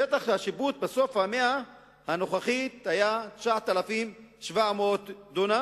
שטח השיפוט בסוף המאה הנוכחית היה 9,700 דונם,